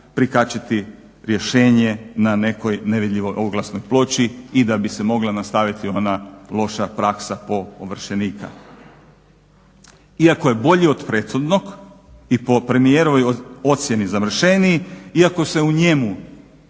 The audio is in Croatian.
prikačiti rješenje na nekoj nevidljivoj oglasnoj ploči i da bi se mogla nastaviti ona loša praksa po ovršenika. Iako je bolji od prethodnog i po premijerovoj ocjeni zamršeniji, iako se u njemu